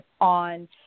on